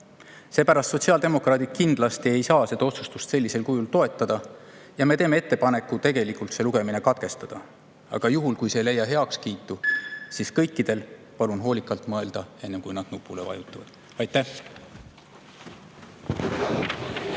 Seepärast sotsiaaldemokraadid kindlasti ei saa seda otsustust sellisel kujul toetada ja me teeme ettepaneku see lugemine katkestada. Aga juhul, kui see ei leia heakskiitu, palun kõikidel hoolikalt mõelda, enne kui nad nupule vajutavad. Aitäh!